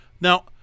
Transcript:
Now